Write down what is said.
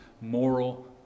moral